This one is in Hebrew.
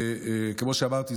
וכמו שאמרתי,